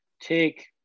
take